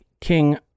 King